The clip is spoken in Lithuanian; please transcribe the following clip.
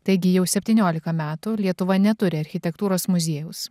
taigi jau septyniolika metų lietuva neturi architektūros muziejaus